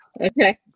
Okay